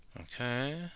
Okay